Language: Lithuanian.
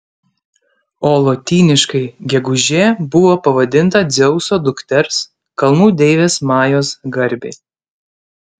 o lotyniškai gegužė buvo pavadinta dzeuso dukters kalnų deivės majos garbei